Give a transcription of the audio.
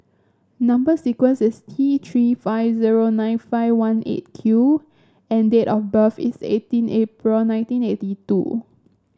number sequence is T Three five zero nine five one Eight Q and date of birth is eighteen April nineteen eighty two